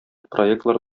проектлар